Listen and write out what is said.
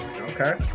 Okay